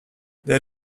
there